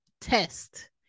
test